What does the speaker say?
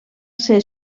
ser